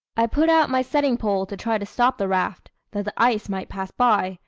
i put out my setting-pole to try to stop the raft, that the ice might pass by,